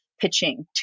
pitching